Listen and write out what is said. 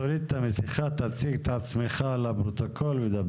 תוריד את המסכה ודבר בבקשה.